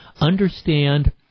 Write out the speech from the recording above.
understand